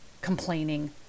complaining